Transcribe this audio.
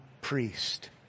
priest